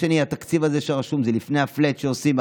התקציב הזה שרשום זה לפני הפלאט שעושים.